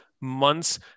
months